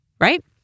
right